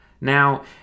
Now